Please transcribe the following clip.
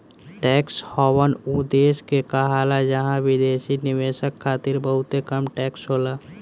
tax haven उ देश के कहाला जहां विदेशी निवेशक खातिर बहुते कम टैक्स होला